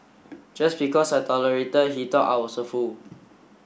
just because I tolerated he thought I was a fool